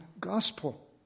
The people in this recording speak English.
gospel